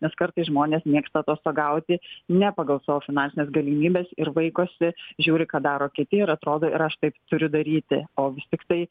nes kartais žmonės mėgsta atostogauti ne pagal savo finansines galimybes ir vaikosi žiūri ką daro kiti ir atrodo ir aš taip turiu daryti o vis tiktai